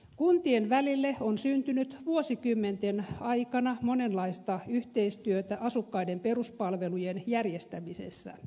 kuntien välille on syntynyt vuosikymmenten aikana monenlaista yhteistyötä asukkaiden peruspalvelujen järjestämisessä